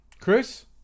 Chris